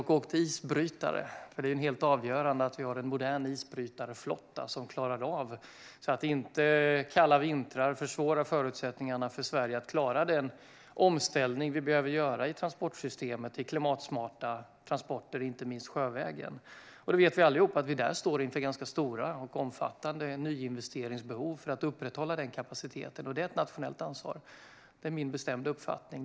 Det är helt avgörande att vi har en modern isbrytarflotta, så att inte kalla vintrar försvårar förutsättningarna för Sverige att klara den omställning vi behöver göra i transportsystemet till klimatsmarta transporter, inte minst sjövägen. Vi vet alla att vi står inför ganska stora och omfattande nyinvesteringsbehov för att upprätthålla kapaciteten, och det är min bestämda uppfattning att det är ett nationellt ansvar.